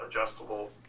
adjustable